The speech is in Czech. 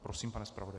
Prosím, pane zpravodaji.